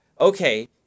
Okay